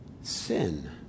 sin